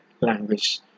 language